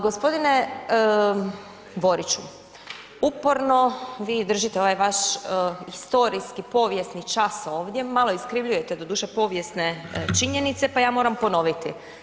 Gospodine Boriću, uporno vi držite ovaj vaš historijski, povijesni čas ovdje, malo iskrivljujete doduše povijesne činjenice pa ja moram ponoviti.